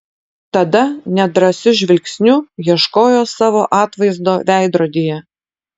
tada nedrąsiu žvilgsniu ieškojo savo atvaizdo veidrodyje